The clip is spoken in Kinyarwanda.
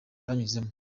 banyuzemo